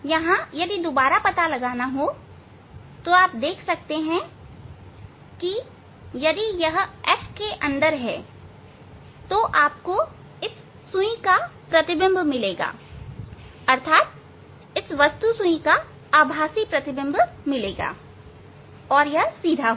यहां अगर दोबारा पता लगाना है आप देख सकते हैं कि यदि यह f के अंदर है तो आपको इस सुई का प्रतिबिंब मिलेगा अर्थात वस्तु सुई का आभासी प्रतिबिंब मिलेगा और यह सीधा होगा